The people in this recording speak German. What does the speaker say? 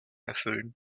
erfüllen